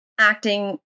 acting